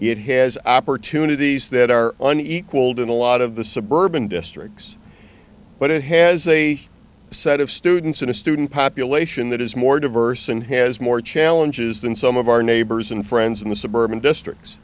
it has opportunities that are on equaled in a lot of the suburban districts but it has a set of students and a student population that is more diverse and has more challenges than some of our neighbors and friends in the suburban districts